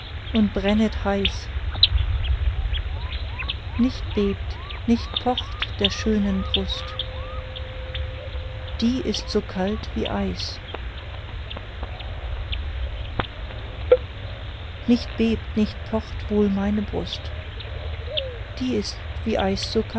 und brennet heiß nicht bebt nicht pocht der schönen brust die ist so kalt wie eis nicht bebt nicht pocht wohl meine brust die ist wie eis